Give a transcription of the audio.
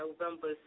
November